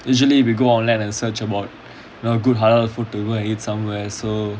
usually we go online and search about you know good halal food to go and eat somewhere so